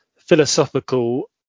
philosophical